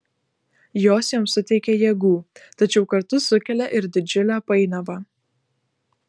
jos jam suteikia jėgų tačiau kartu sukelia ir didžiulę painiavą